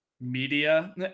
media